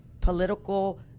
political